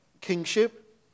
kingship